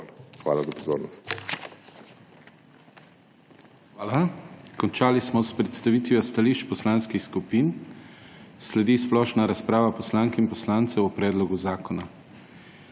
Hvala za pozornost.